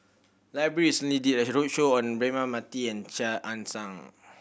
library recently did a roadshow on Braema Mathi and Chia Ann Siang